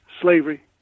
slavery